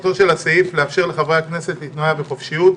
מטרתו של הסעיף היא לאפשר לחברי הכנסת להתנועע בחופשיות,